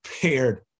prepared